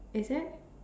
is it